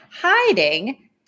hiding